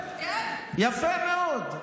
יפה מאוד.